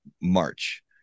March